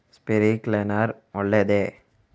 Sprinkler ಒಳ್ಳೇದೇ?